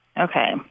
Okay